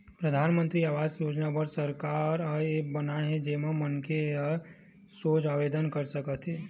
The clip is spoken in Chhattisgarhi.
परधानमंतरी आवास योजना बर सरकार ह ऐप बनाए हे जेमा मनखे ह सोझ आवेदन कर सकत हे